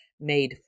made